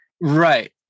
right